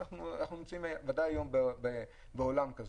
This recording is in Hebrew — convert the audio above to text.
אנחנו נמצאים היום בעולם כזה.